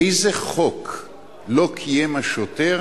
איזה חוק לא קיים השוטר